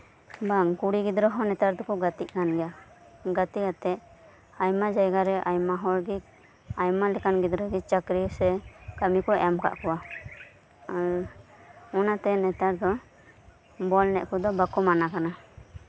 ᱵᱟᱝ ᱠᱩᱲᱤ ᱜᱤᱫᱽᱨᱟᱹ ᱦᱚᱸ ᱱᱮᱛᱟᱨ ᱫᱚᱠᱚ ᱜᱟᱛᱮᱜ ᱠᱟᱱ ᱜᱮᱭᱟ ᱟᱭᱢᱟ ᱡᱟᱭᱜᱟ ᱨᱮ ᱟᱭᱢᱟ ᱦᱚᱲ ᱜᱮ ᱪᱟᱹᱠᱨᱤ ᱥᱮ ᱠᱟᱹᱢᱤ ᱠᱚ ᱮᱢ ᱠᱟᱜ ᱠᱚᱣᱟ ᱚᱱᱟᱛᱮ ᱱᱮᱛᱟᱨ ᱫᱚ ᱵᱚᱞ ᱮᱱᱮᱡ ᱫᱚ ᱵᱟᱠᱚ ᱵᱟᱝ ᱠᱟᱱᱟ